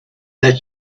that